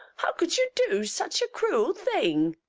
how could you do such a crool thing!